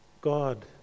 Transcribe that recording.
God